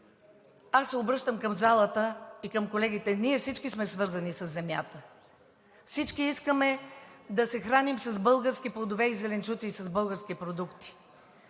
аз се обръщам към залата и към колегите. Ние всички сме свързани със земята. Всички искаме да се храним с български плодове и зеленчуци и с български продукти.